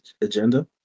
agenda